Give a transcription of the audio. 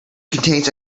contains